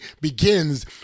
begins